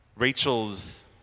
Rachel's